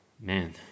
man